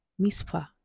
Mispa